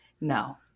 No